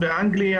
באנגליה,